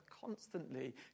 constantly